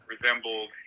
resembled